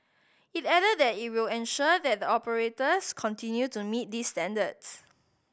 it added that it will ensure that the operators continue to meet these standards